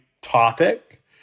topic